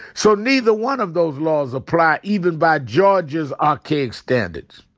so neither one of those laws apply even by georgia's archaic standards.